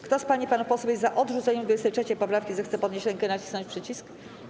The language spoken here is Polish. Kto z pań i panów posłów jest za odrzuceniem 23. poprawki, zechce podnieść rękę i nacisnąć przycisk.